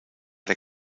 der